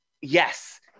Yes